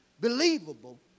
believable